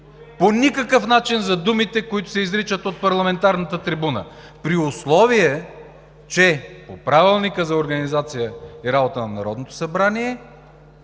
представители към думите, които се изричат от парламентарната трибуна, при условие че по Правилника за организацията и дейността на Народното събрание